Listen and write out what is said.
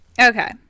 Okay